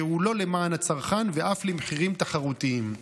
לייעולו למען הצרכן ואף למחירים תחרותיים.